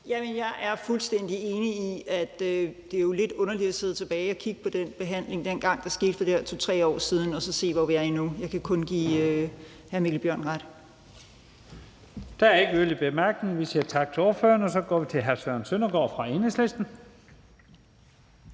Jeg er fuldstændig enig i, at det jo er lidt underligt at sidde tilbage og kigge på den behandling, der var, dengang det skete for 2-3 år siden, og så se, hvor vi er nu. Jeg kan kun give hr. Mikkel Bjørn ret. Kl. 15:48 Første næstformand (Leif Lahn Jensen): Der er ikke yderligere bemærkninger. Vi siger tak til ordføreren, og så går vi til hr. Søren Søndergaard fra Enhedslisten.